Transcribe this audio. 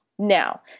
Now